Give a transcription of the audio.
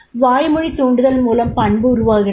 வாய்மொழி தூண்டுதல் மூலம் பண்பு உருவாகிறது